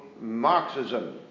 Marxism